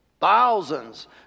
Thousands